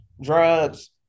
drugs